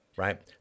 right